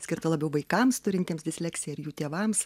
skirta labiau vaikams turintiems disleksiją ir jų tėvams